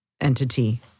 entity